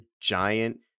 giant